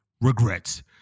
regrets